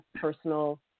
personal